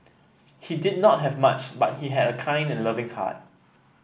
he did not have much but he had a kind and loving heart